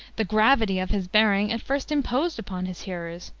the gravity of his bearing at first imposed upon his hearers,